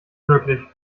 wirklich